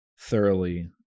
thoroughly